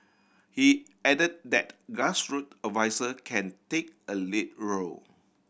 he add that grassroot adviser can take a lead role